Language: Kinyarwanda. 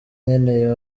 nkeneye